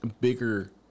bigger